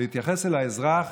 להתייחס אל האזרח